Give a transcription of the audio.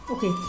Okay